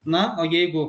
na o jeigu